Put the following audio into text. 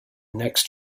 next